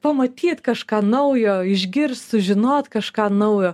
pamatyt kažką naujo išgirst sužinot kažką naujo